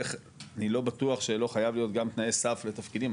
אני לא בטוח שלא חייב להיות גם תנאי סף גם לתפקידים,